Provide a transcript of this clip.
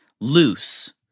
loose